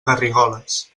garrigoles